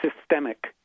systemic